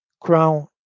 crown